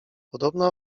podobno